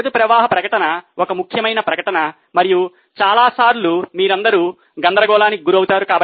నగదు ప్రవాహ ప్రకటన ఒక ముఖ్యమైన ప్రకటన మరియు చాలా సార్లు మీరందరూ గందరగోళానికి గురవుతారు